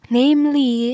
namely